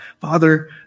Father